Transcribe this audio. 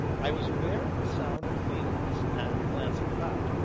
i was aware of the sound of wheels, and, glancing about,